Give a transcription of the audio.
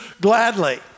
gladly